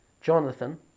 Jonathan